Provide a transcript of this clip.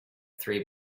three